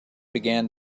began